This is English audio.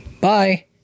Bye